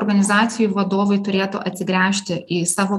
organizacijų vadovai turėtų atsigręžti į savo